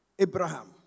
Abraham